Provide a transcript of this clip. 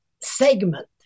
segment